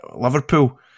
Liverpool